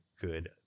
good